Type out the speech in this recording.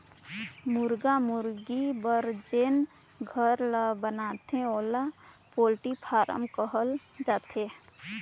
मुरगा मुरगी बर जेन घर ल बनाथे तेला पोल्टी फारम कहल जाथे